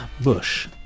Bush